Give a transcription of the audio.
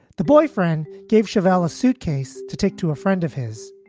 the boyfriend gave cheval a suitcase to take to a friend of his.